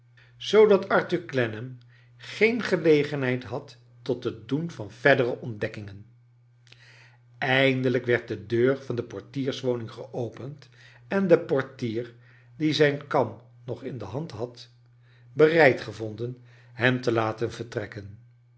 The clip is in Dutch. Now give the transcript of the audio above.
zoodat arthur clennam geen gelegenheid had tot het doen van verdere ontdekkingen eindelijk werd de deur van de portierswoning geopend en de portier die zijn kam nog in de hand had bereid gevonden hem te laten vertrekken